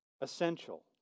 essential